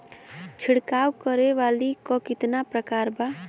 छिड़काव करे वाली क कितना प्रकार बा?